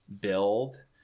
build